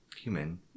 Human